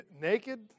naked